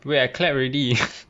喂 I clap already